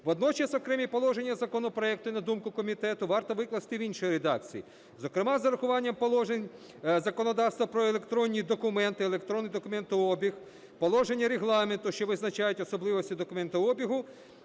Водночас окремі положення законопроекту, на думку комітету, варто викласти в іншій редакції, зокрема з урахуванням положень законодавства про електронні документи, електронний документообіг, положення Регламенту, що визначають особливості документообігу,